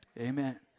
Amen